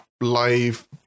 live